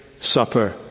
supper